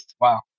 Wow